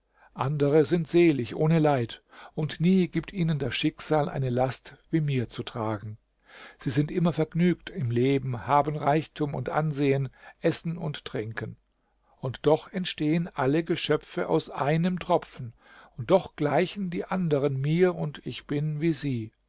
andere sind selig ohne leid und nie gibt ihnen das schicksal eine last wie mir zu tragen sie sind immer vergnügt im leben haben reichtum und ansehen essen und trinken und doch entstehen alle geschöpfe aus einem tropfen und doch gleichen die anderen mir und ich bin wie sie